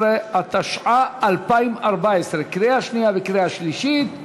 12), התשע"ה 2014, קריאה שנייה וקריאה שלישית,